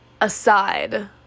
aside